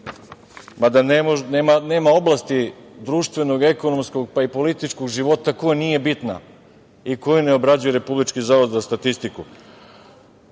mada nema oblasti društvenog, ekonomskog, pa i političkog života koja nije bitna i koju ne obrađuje Republički zavod za statistiku,